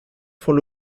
font